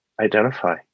identify